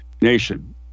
nation